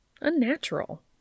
Unnatural